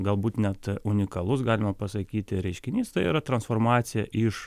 galbūt net unikalus galima pasakyti reiškinys tai yra transformacija iš